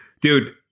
Dude